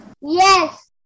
Yes